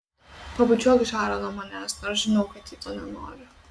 pabučiuok žarą nuo manęs nors žinau kad ji to nenori